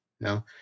No